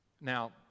Now